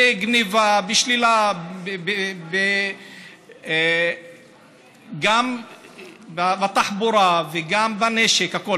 גנבה, שלילה, גם בתחבורה וגם בנשק, הכול.